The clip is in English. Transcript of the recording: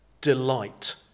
delight